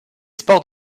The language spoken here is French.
sports